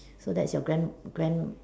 so that's your grand grand